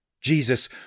Jesus